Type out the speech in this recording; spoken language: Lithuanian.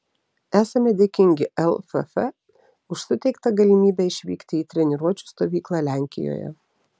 esame dėkingi lff už suteiktą galimybę išvykti į treniruočių stovyklą lenkijoje